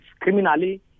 criminally